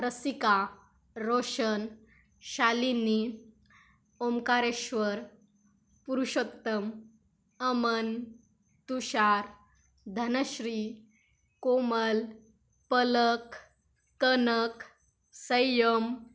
Rasika Roshan Shalini Omkareshwar Purushottam Aman Tushar Dhanashree Komal Palak Kanak Sayyam